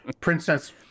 princess